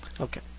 Okay